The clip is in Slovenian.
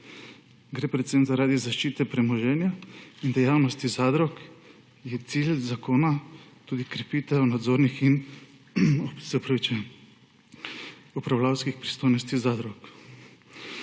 gre predvsem za zaščito premoženja in dejavnosti zadrug, je cilj zakona tudi krepitev nadzornih in upravljavskih pristojnosti zadrug.